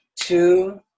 two